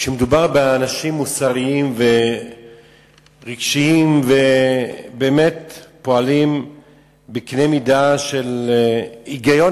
כשמדובר באנשים מוסריים ורגשיים שפועלים בקנה מידה של היגיון,